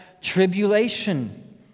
tribulation